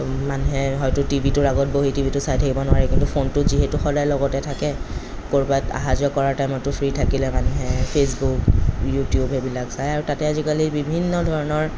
মানুহে হয়তু টিভিটোৰ আগত বহি টিভিটো চাই থাকিব নোৱাৰিব কিন্তু ফোনটো যিহেতু সদায় লগতে থাকে ক'ৰবাত অহা যোৱা কৰাৰ টাইমটো ফ্ৰী থাকিলে মানুহে ফেচবুক ইউটিউব সেইবিলাক চাই আৰু তাতে আজিকালি বিভিন্ন ধৰণৰ